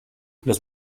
los